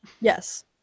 Yes